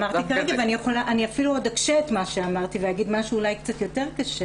אני אפילו עוד אקשה את מה שאמרתי ואגיד משהו אולי קצת יותר קשה